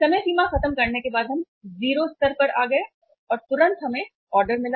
समय सीमा खत्म करने के बाद हम 0 लेवल पर आ गए और तुरंत हमें ऑर्डर मिला